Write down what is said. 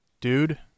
dude